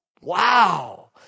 Wow